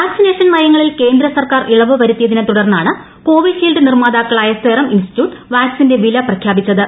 vaccination നയങ്ങളിൽ കേന്ദ്ര സർക്കാർ ഇളവ് വരുത്തിയതിനെ തുടർന്നാണ് കോവിഷീൽഡ് നിർമാതാക്കളായ സെറം ഇൻസ്റ്റിറ്റ്യൂട്ട് വാക്സിന്റെ വില പ്രഖ്യാപിച്ചത്